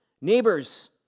neighbors